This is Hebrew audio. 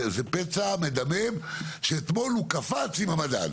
זה פצע מדמם שאתמול הוא קפץ עם המדד.